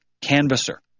canvasser